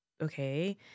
okay